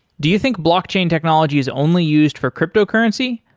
do you think blockchain technology is only used for cryptocurrency?